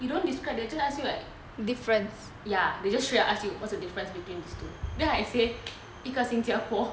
you don't describe they just ask you like difference ya they just straight away ask you what's the difference between two then I say 一个新加坡